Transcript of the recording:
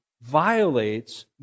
violates